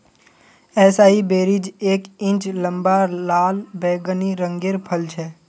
एसाई बेरीज एक इंच लंबा लाल बैंगनी रंगेर फल छे